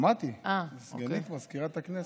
אמרתי, סגנית מזכירת הכנסת.